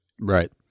Right